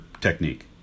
technique